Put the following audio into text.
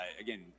again